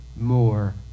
more